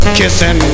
kissing